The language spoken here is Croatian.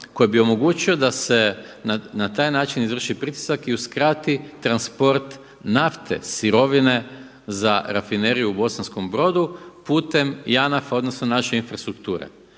koji bi omogućio da se na taj način izvrši pritisak i uskrati transport nafte, sirovine za Rafineriju u Bosanskom Brodu putem JANAF-a odnosno naše infrastrukture.